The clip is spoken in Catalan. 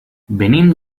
venim